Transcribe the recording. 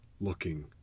looking